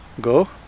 Go